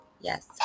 Yes